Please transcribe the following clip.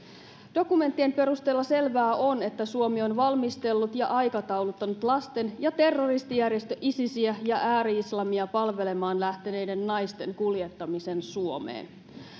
dokumenttien perusteella selvää on että suomi on valmistellut ja aikatauluttanut lasten ja terroristijärjestö isisiä ja ääri islamia palvelemaan lähteneiden naisten kuljettamisen suomeen